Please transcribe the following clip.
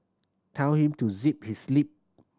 tell him to zip his lip